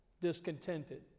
discontented